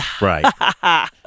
Right